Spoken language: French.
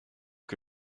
que